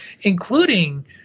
including